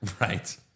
right